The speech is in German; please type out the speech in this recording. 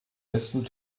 besten